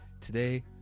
Today